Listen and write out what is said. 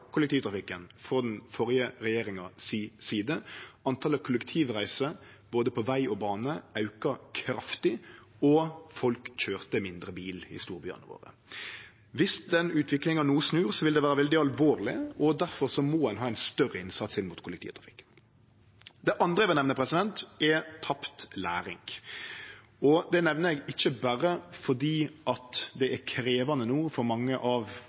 kollektivtrafikken kraftig samanlikna med den førre regjeringa. Talet på kollektivreiser, både på veg og bane, auka kraftig, og folk køyrde mindre bil i storbyane våre. Dersom den utviklinga no snur, vil det vere veldig alvorleg. Difor må ein ha ein større innsats inn mot kollektivtrafikken. Det andre eg vil nemne, er tapt læring. Det nemner eg ikkje berre fordi det er krevjande no for mange av